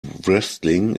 wrestling